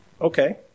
okay